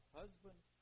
husband